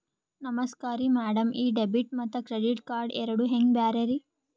ನಮಸ್ಕಾರ್ರಿ ಮ್ಯಾಡಂ ಈ ಡೆಬಿಟ ಮತ್ತ ಕ್ರೆಡಿಟ್ ಕಾರ್ಡ್ ಎರಡೂ ಹೆಂಗ ಬ್ಯಾರೆ ರಿ?